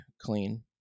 clean